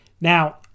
Now